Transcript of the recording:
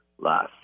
last